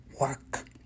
work